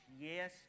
Yes